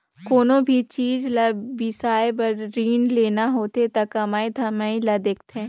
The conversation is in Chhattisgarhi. कोनो भी चीच ल बिसाए बर रीन लेना होथे त कमई धमई ल देखथें